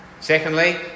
Secondly